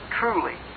truly